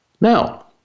Now